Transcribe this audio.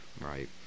Right